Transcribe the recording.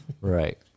Right